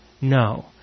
no